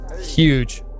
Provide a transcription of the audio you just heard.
Huge